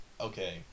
Okay